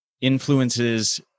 influences